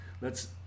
lets